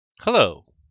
Hello